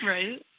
Right